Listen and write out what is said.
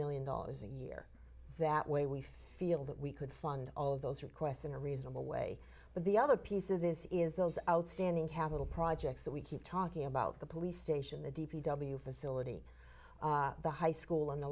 million dollars a year that way we feel that we could fund all of those requests in a reasonable way but the other piece of this is those outstanding capital projects that we keep talking about the police station the d p w facility the high school and the